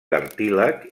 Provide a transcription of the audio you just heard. cartílag